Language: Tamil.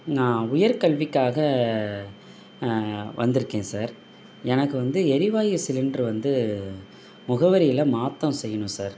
நான் உயர்கல்விக்காக வந்துருக்கேன் சார் எனக்கு வந்து எரிவாயு சிலிண்ட்ரு வந்து முகவரியில மாற்றம் செய்யணும் சார்